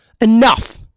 Enough